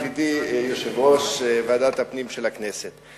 ידידי יושב-ראש ועדת הפנים של הכנסת,